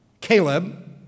Caleb